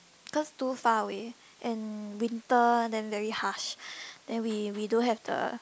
cause too far away and winter then very harsh then we we don't have the